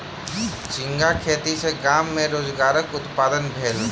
झींगा खेती सॅ गाम में रोजगारक उत्पादन भेल